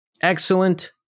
Excellent